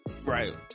Right